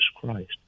Christ